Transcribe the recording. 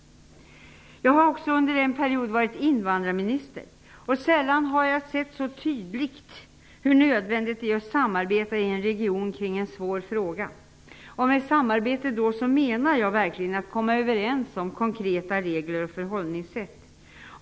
Jag har också under en period varit invandrarminister. Sällan har jag sett så tydligt hur nödvändigt det är att samarbeta i en region kring en svår fråga. Med samarbete menar jag då verkligen att komma överens om konkreta regler och förhållningssätt.